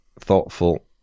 thoughtful